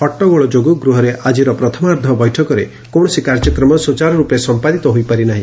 ହଟଗୋଳ ଯୋଗୁ ଗୃହରେ ଆକିର ପ୍ରଥମାର୍ବ୍ଧ ବୈଠକରେ କୌଣସି କାର୍ଯ୍ୟକ୍ରମ ସ୍ୟଚାର୍ରର୍ରପେ ସମ୍ମାଦିତ ହୋଇପାରିନାହି